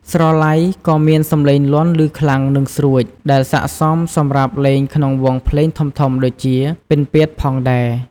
ស្រឡៃក៏មានសំឡេងលាន់ឮខ្លាំង និងស្រួច ដែលស័ក្តិសមសម្រាប់លេងក្នុងវង់ភ្លេងធំៗដូចជា ពិណពាទ្យផងដែរ។